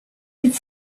could